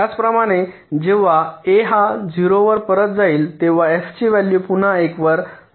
त्याचप्रमाणे जेव्हा ए हा 0 वर परत जाईल तेव्हा f ची व्हॅल्यू पुन्हा 1 वर जाईल